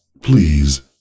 please